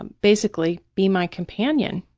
um basically, be my companion,